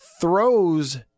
throws